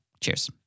Cheers